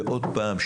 ועוד פעם,